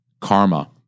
karma